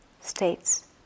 states